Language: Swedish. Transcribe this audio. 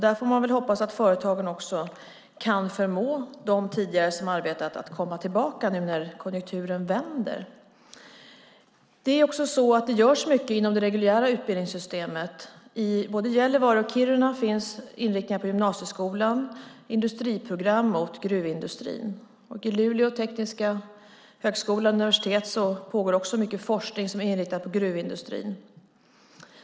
Där får vi hoppas att företagen kan förmå de som tidigare arbetat i branschen att komma tillbaka nu när konjunkturen vänder. Det görs mycket inom det reguljära utbildningssystemet. I både Gällivare och Kiruna finns inriktningar i gymnasieskolan, industriprogram med inriktning mot gruvindustrin. Vid Luleå tekniska universitet pågår också mycket forskning som är inriktad på gruvindustrin.